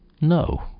No